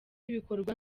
ibikorwa